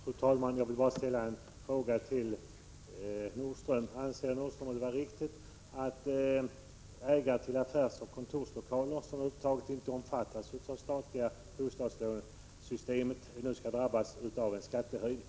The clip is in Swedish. Fru talman! Jag vill bara ställa en fråga till Kjell Nordström. Anser Kjell Nordström det vara riktigt att ägare till affärsoch kontorslokaler, som över huvud taget inte omfattas av det statliga bostadslånesystemet, nu skall drabbas av skattehöjning?